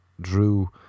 drew